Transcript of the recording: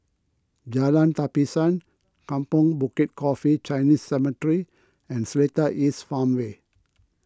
Jalan Tapisan Kampong Bukit Coffee Chinese Cemetery and Seletar East Farmway